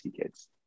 kids